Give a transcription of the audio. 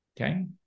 Okay